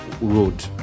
road